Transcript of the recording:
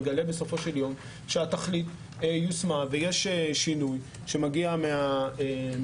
יכול להיות שנגלה בסופו של יום שהתכלית יושמה ושיש שינוי שמגיע מהשטח.